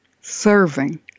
serving